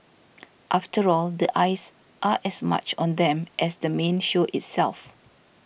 after all the eyes are as much on them as the main show itself